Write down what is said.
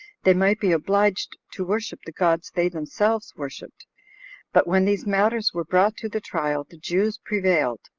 they might be obliged to worship the gods they themselves worshipped but when these matters were brought to the trial, the jews prevailed,